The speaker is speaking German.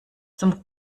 zum